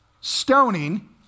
stoning